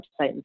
website